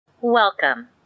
Welcome